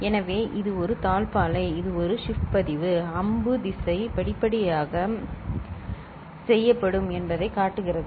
எனவே இது ஒரு தாழ்ப்பாளை இது ஒரு ஷிப்ட் பதிவு அம்பு திசை படிப்படியாக அது சரி செய்யப்படும் என்பதைக் காட்டுகிறது